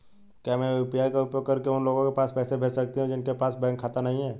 क्या मैं यू.पी.आई का उपयोग करके उन लोगों के पास पैसे भेज सकती हूँ जिनके पास बैंक खाता नहीं है?